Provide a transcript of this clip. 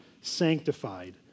sanctified